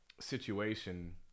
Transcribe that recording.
situation